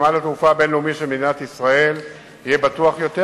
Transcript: נמל התעופה הבין-לאומי של מדינת ישראל יהיה בטוח יותר